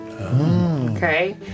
Okay